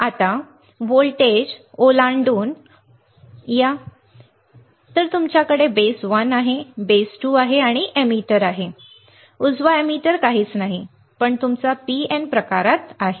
आता व्होल्टेज ओलांडून व्होल्टेज या तर तुमच्याकडे बेस 1 आहे तुमच्याकडे बेस 2 आहे आणि तुमच्याकडे एमिटर आहे उजवा एमिटर काहीही नाही पण तुमचा P N प्रकारात आहे